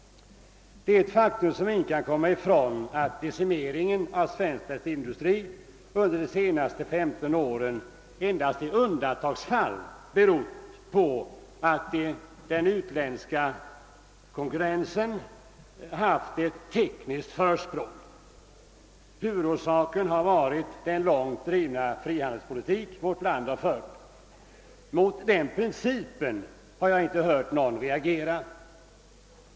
Det är ett faktum som ingen kan komma ifrån att decimeringen av svensk textilindustri under de senaste 15 åren endast i undantagsfall berott på att de utländska konkurrenterna haft ett tek niskt försprång. Huvudorsaken här varit den långt drivna frihandelspolitik vårt land fört. Mot den principen har jag inte hört någon reagera.